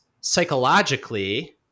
psychologically